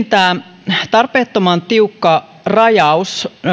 tämä tarpeettoman tiukka rajaus